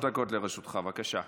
לרשותך, בבקשה.